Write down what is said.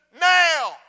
now